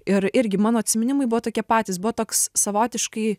ir irgi mano atsiminimai buvo tokie patys buvo toks savotiškai